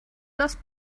das